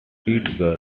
edgar